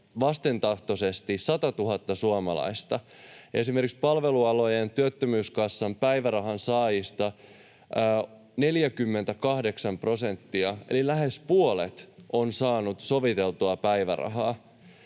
työskentelee 100 000 suomalaista. Esimerkiksi Palvelualojen työttömyyskassan päivärahan saajista 48 prosenttia eli lähes puolet on saanut soviteltua päivärahaa.